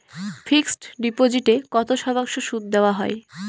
Fixed ডিপোজিটে কত শতাংশ সুদ দেওয়া হয়?